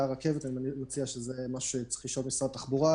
זה משהו שצריך לשאול את משרד התחבורה.